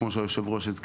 כפי שהזכיר היושב-ראש,